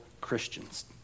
Christians